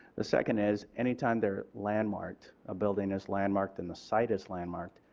the second is any time they are landmarked, a building is landmarked and the site is landmarked,